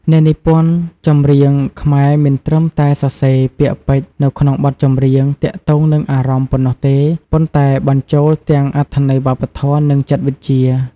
អ្នកនិពន្ធចម្រៀងខ្មែរមិនត្រឹមតែសរសេរ ពាក្យពេចន៍នៅក្នងបទចម្រៀងទាក់ទងនឹងអារម្មណ៍ ប៉ុណ្ណោះទេ ប៉ុន្តែ បញ្ចូលទាំងអត្ថន័យវប្បធម៌ និងចិត្តវិជ្ជា។